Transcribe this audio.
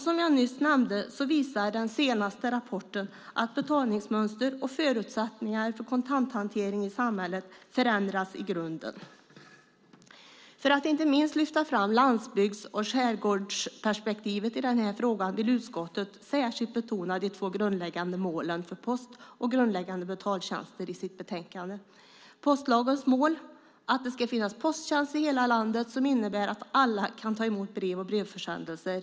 Som jag nyss nämnde visar den senaste rapporten att betalningsmönster och förutsättningar för kontanthantering i samhället förändrats i grunden. För att inte minst lyfta fram landsbygds och skärgårdsperspektivet i denna fråga vill utskottet särskilt betona de två grundläggande målen för post och grundläggande betaltjänster i sitt betänkande. Det första är postlagens mål att det ska finnas posttjänst i hela landet som innebär att alla kan ta emot brev och brevförsändelser.